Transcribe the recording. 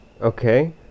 Okay